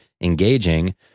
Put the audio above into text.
engaging